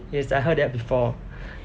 yes I heard that before